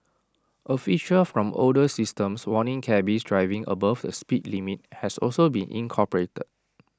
A feature from older systems warning cabbies driving above the speed limit has also been incorporated